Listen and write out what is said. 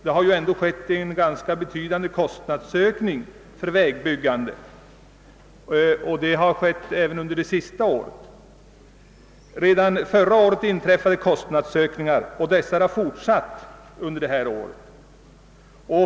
Redan förra året inträffade ganska betydande kostnadsökningar för vägbyggandet, och de har fortsatt under detta år.